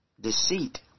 deceit